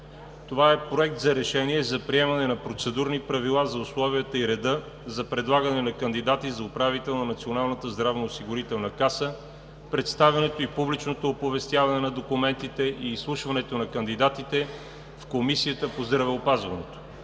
относно Проект за решение за приемане на процедурни правила за условията и реда за предлагане на кандидати за управител на Националната здравноосигурителна каса, представянето и публичното оповестяване на документите и изслушването на кандидатите в Комисията по здравеопазването,